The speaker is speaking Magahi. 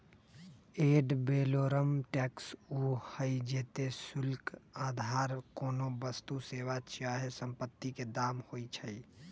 एड वैलोरम टैक्स उ हइ जेते शुल्क अधार कोनो वस्तु, सेवा चाहे सम्पति के दाम होइ छइ